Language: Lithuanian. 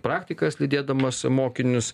praktikas lydėdamas mokinius